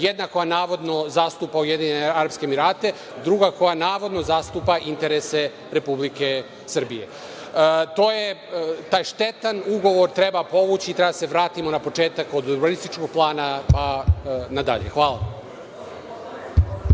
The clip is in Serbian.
jedna koja navodno zastupa UAE, druga koja navodno zastupa interese Republike Srbije. Taj štetan ugovor treba povući i treba da se vratimo na početak, od urbanističkog plana pa nadalje. Hvala.